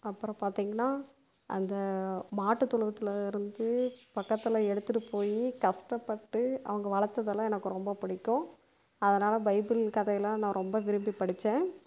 அப்புறம் பார்த்தீங்கனா அந்த மாட்டு தொழுவத்தில் இருந்து பக்கத்தில் எடுத்துகிட்டு போய் கஷ்டப்பட்டு அவங்க வளர்த்ததெல்லாம் எனக்கு ரொம்ப பிடிக்கும் அதனால் பைபிள் கதையெல்லாம் நான் ரொம்ப விரும்பி படித்தேன்